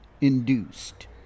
induced